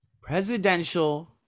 presidential